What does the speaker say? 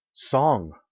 Song